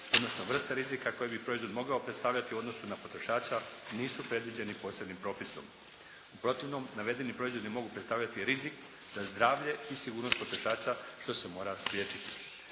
odnosno vrste rizika koje bi proizvod mogao predstavljati u odnosu na potrošača nisu predviđeni posebnim propisom. U protivnom navedeni proizvodi ne mogu predstavljati rizik za zdravlje i sigurnost potrošača što se mora spriječiti.